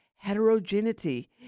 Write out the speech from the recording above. heterogeneity